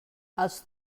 els